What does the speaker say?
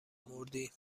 مردیم